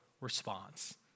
response